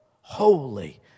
Holy